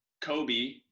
Kobe